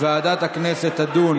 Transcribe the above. ועדת הכנסת תדון